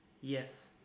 Yes